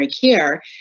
care